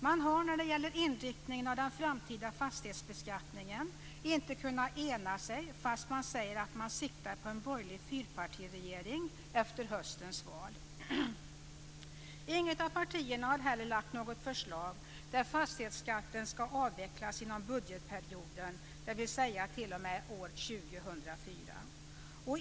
Man har när det gäller inriktningen av den framtida fastighetsbeskattningen inte kunnat ena sig fast man säger att man siktar på en borgerlig fyrpartiregering efter höstens val. Inget av partierna har lagt fram något förslag där fastighetsskatten ska avvecklas inom budgetperioden alltså t.o.m. år 2004.